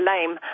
lame